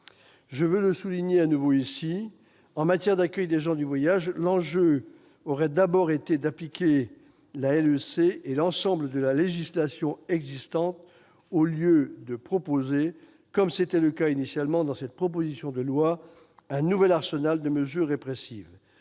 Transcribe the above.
Je veux le souligner de nouveau ici : en matière d'accueil des gens du voyage, l'enjeu aurait d'abord été d'appliquer la LEC et l'ensemble de la législation existante au lieu de proposer, comme c'était le cas initialement dans cette proposition de loi, un nouvel arsenal de mesures répressives,